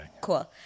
Cool